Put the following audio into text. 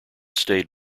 stayed